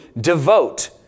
devote